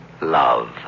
Love